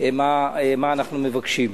מה אנחנו מבקשים.